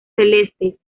celestes